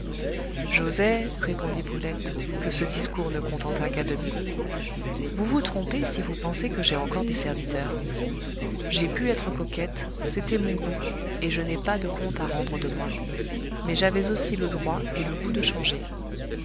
joset répondit brulette que ce discours ne contenta qu'à demi vous vous trompez si vous pensez que j'ai encore des serviteurs j'ai pu être coquette c'était mon goût et je n'ai pas de compte à rendre de moi mais j'avais aussi le droit et le goût de changer